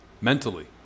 Mentally